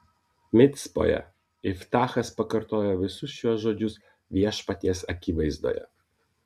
micpoje iftachas pakartojo visus šiuos žodžius viešpaties akivaizdoje